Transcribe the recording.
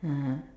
(uh huh)